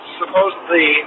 supposedly